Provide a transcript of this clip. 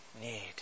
need